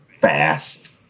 fast